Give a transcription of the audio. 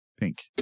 Pink